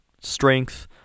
strength